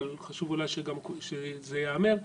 אבל חשוב אולי שגם זה ייאמר.